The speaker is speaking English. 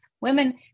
Women